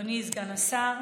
אדוני סגן השר,